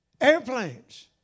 airplanes